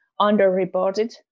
underreported